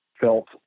felt